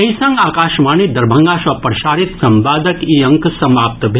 एहि संग आकाशवाणी दरभंगा सँ प्रसारित संवादक ई अंक समाप्त भेल